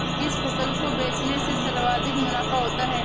किस फसल को बेचने से सर्वाधिक मुनाफा होता है?